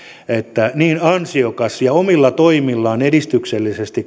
että ansiokas ja omilla toimillaan edistyksellinen